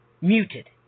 muted